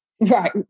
Right